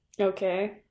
Okay